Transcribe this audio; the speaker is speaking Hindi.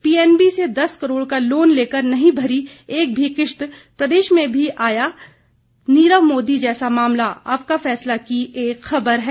पीएनबी से दस करोड़ का लोन लेकर नहीं भरी एक भी किश्त प्रदेश में भी सामने आया नीरव मोदी जैसा मामला आपका फैसला की खबर है